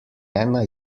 ena